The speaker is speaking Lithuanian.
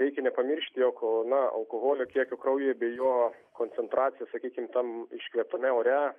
reikia nepamiršti jog na alkoholio kiekio kraujyje bei jo koncentracija sakykim tam iškvėptame ore